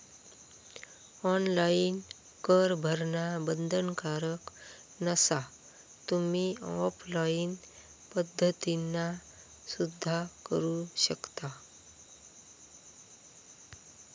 online कर भरणा बंधनकारक नसा, तुम्ही ऑफलाइन पद्धतीना सुद्धा करू शकता